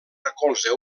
recolza